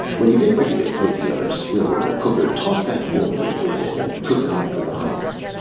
when you get ready to put the other swill in the cooker, toss that milk in with it and cook it up for the hogs.